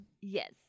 yes